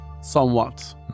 somewhat